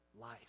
life